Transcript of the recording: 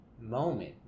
moment